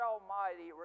Almighty